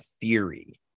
theory